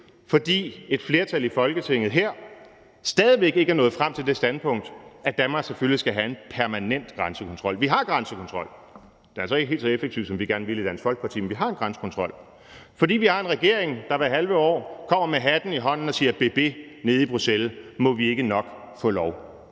fordi et flertal i Folketinget her stadig væk ikke er nået frem til det standpunkt, at Danmark selvfølgelig skal have en permanent grænsekontrol. Vi har grænsekontrol. Den er altså ikke helt så effektiv, som vi gerne vil have det i Dansk Folkeparti, men vi har en grænsekontrol, fordi vi har en regering, der hvert halve år kommer med hatten i hånden og siger bebe nede i Bruxelles: Må vi ikke nok få lov?